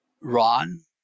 Ron